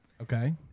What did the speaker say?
Okay